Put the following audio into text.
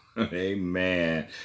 Amen